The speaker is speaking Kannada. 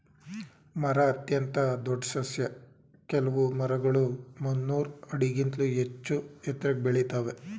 ಮರ ಅತ್ಯಂತ ದೊಡ್ ಸಸ್ಯ ಕೆಲ್ವು ಮರಗಳು ಮುನ್ನೂರ್ ಆಡಿಗಿಂತ್ಲೂ ಹೆಚ್ಚೂ ಎತ್ರಕ್ಕೆ ಬೆಳಿತಾವೇ